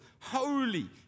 holy